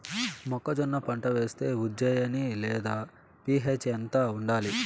మొక్కజొన్న పంట వేస్తే ఉజ్జయని లేదా పి.హెచ్ ఎంత ఉండాలి?